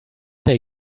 they